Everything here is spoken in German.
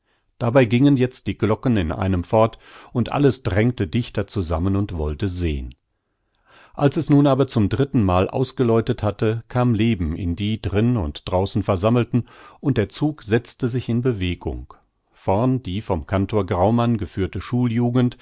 dabei gingen jetzt die glocken in einem fort und alles drängte dichter zusammen und wollte sehn als es nun aber zum dritten mal ausgeläutet hatte kam leben in die drin und draußen versammelten und der zug setzte sich in bewegung vorn die von kantor graumann geführte